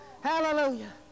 Hallelujah